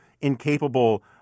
incapable